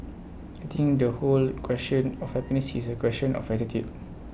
I think the whole question of happiness is A question of attitude